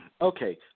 Okay